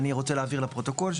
אני רוצה להבהיר לפרוטוקול,